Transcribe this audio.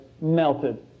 melted